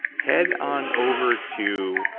head on over to,